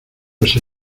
ese